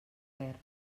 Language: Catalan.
guerra